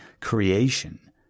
creation